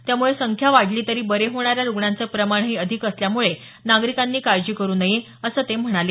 त्यामुळे संख्या वाढली तरी बरे होणाऱ्या रुग्णांचं प्रमाणही अधिक असल्यामुळे नागरीकांनी काळजी करु नये असं ते म्हणाले